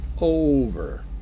over